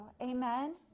Amen